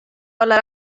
olla